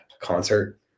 concert